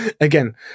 Again